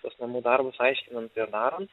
tuos namų darbus aiškinant ir darant